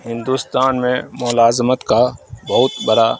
ہندوستان میں ملازمت کا بہت بڑا